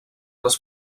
les